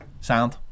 sound